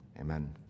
amen